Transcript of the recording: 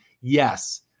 Yes